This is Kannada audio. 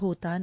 ಭೂತಾನ್